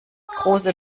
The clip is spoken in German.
große